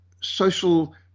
social